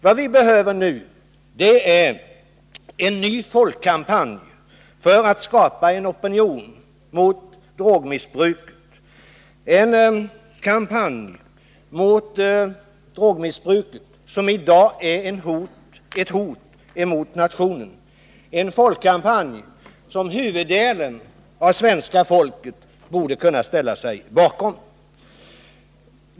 Vad vi behöver är en ny folkkampanj för att skapa en opinion mot drogmissbruket, som i dag är ett hot mot nationen. En sådan folkkampanj borde huvuddelen av det svenska folket kunna ställa sig bakom.